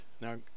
Now